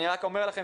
אני רק אומר לכם,